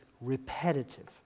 repetitive